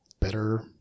better